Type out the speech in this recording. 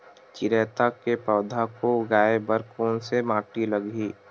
चिरैता के पौधा को उगाए बर कोन से माटी लगही?